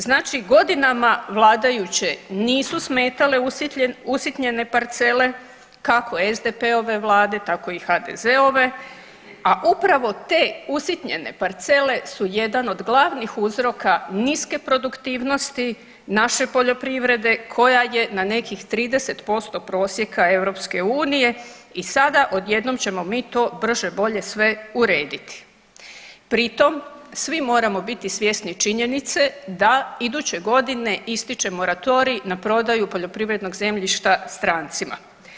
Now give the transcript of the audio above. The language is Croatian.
Znači godinama vladajućim nisu smetale usitnjene parcele kako SDP-ove vlade tako i HDZ-ove, a upravo te usitnjene parcele su jedan od glavnih uzroka niske produktivnosti naše poljoprivrede koja je na nekih 30% prosjeka EU i sada odjednom ćemo mi to brže bolje sve urediti pri tom svi moramo biti svjesni činjenice da iduće godine ističe moratorij na prodaju poljoprivrednog zemljišta strancima.